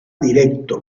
directo